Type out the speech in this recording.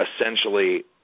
essentially